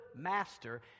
master